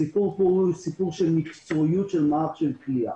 הסיפור פה הוא של מקצועיות של מערך הכליאה.